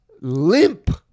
limp